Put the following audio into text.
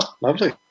Lovely